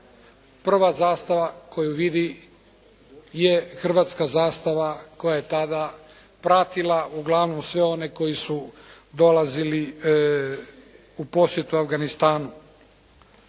prva zastava koju vidi je hrvatska zastava koja je tada pratila uglavnom sve one koji su dolazili u posjetu Afganistanu.